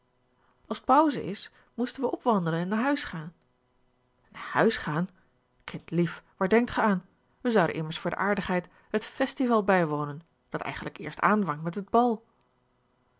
t pauze is moesten we opwandelen en naar huis gaan naar huis gaan kindlief waar denkt gij aan wij zouden immers voor de aardigheid het festival bijwonen dat eigenlijk eerst aanvangt met het bal